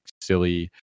silly